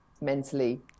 mentally